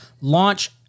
launch